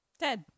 Dead